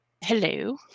hello